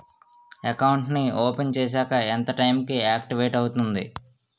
Account నీ open చేశాక ఎంత టైం కి ఆక్టివేట్ అవుతుంది?